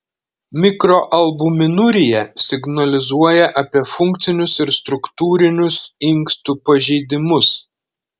mikroalbuminurija signalizuoja apie funkcinius ir struktūrinius inkstų pažeidimus